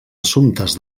assumptes